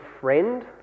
friend